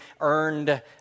earned